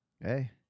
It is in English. Hey